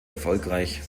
erfolgreich